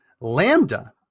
Lambda